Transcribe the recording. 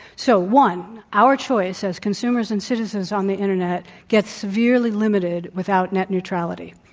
so, one, our choice as consumers and citizens on the internet get severely limited without net neutrality.